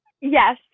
Yes